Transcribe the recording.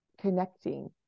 connecting